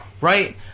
Right